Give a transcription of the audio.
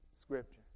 Scripture